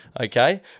okay